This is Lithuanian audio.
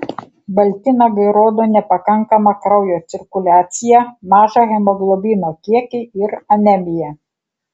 balti nagai rodo nepakankamą kraujo cirkuliaciją mažą hemoglobino kiekį ir anemiją